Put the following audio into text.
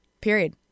Period